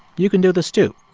you can do this, too.